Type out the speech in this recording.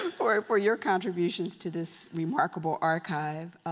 um for for your contributions to this remarkable archive.